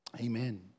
Amen